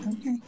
Okay